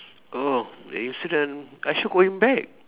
oh the incident I should going back